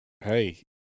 Hey